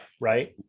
right